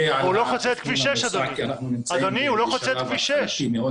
על התכנון הנוסף כי אנחנו נמצאים בשלב התחלתי מאוד.